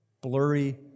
blurry